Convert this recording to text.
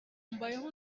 mbayeho